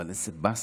איזה באסה,